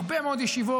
הרבה מאוד ישיבות,